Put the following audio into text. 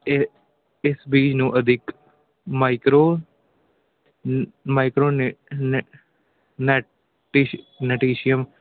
ਇਹ ਇਸ ਬੀਜ ਨੂੰ ਅਧਿਕ ਮਾਈਕਰੋ ਮਾਈਕਰੋ